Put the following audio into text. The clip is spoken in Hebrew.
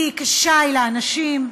כשי לאנשים.